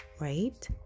right